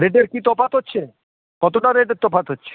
রেটের কী তফাত হচ্ছে কতটা রেটের তফাত হচ্ছে